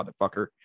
motherfucker